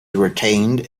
retained